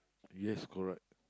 yes correct